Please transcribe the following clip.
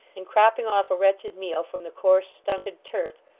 and cropping off a wretched meal from the coarse stunted turf,